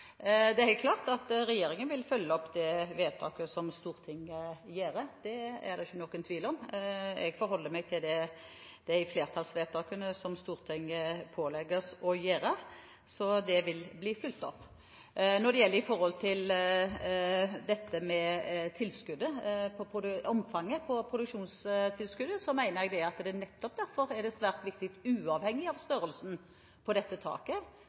Det er helt klart at regjeringen vil følge opp det vedtaket som Stortinget gjør, det er det ikke noen tvil om. Jeg forholder meg til de flertallsvedtakene som Stortinget pålegger oss, så det vil bli fulgt opp. Når det gjelder omfanget på produksjonstilskuddet, mener jeg at nettopp derfor er det svært viktig – uavhengig av størrelsen på